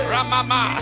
Ramama